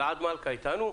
אלעד מלכא, איתנו?